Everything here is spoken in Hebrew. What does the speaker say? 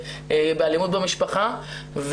באלימות במשפחה.